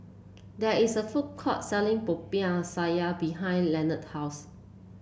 there is a food court selling Popiah Sayur behind Lenard's house